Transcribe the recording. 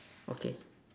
okay